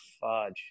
fudge